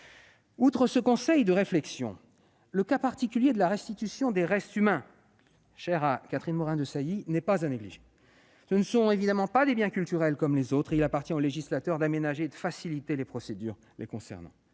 Outre ce conseil de réflexion, le cas particulier de la restitution des restes humains, cher à Catherine Morin-Desailly, n'est pas à négliger. Ce ne sont évidemment pas des biens culturels comme les autres : c'est pourquoi il appartient au législateur d'aménager et de faciliter les procédures les concernant.